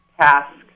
task